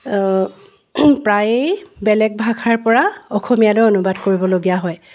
প্ৰায়েই বেলেগ ভাষাৰপৰা অসমীয়ালৈ অনুবাদ কৰিবলগীয়া হয়